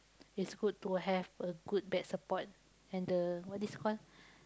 it's good to have a good back support and the what this call